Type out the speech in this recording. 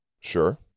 Sure